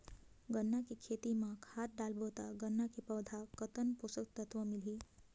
गन्ना के खेती मां खाद डालबो ता गन्ना के पौधा कितन पोषक तत्व मिलही?